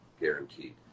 guaranteed